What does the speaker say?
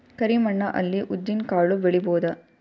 ಕರಿ ಮಣ್ಣ ಅಲ್ಲಿ ಉದ್ದಿನ್ ಕಾಳು ಬೆಳಿಬೋದ?